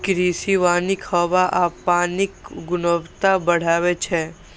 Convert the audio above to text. कृषि वानिक हवा आ पानिक गुणवत्ता बढ़बै छै